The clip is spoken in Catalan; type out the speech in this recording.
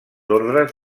ordes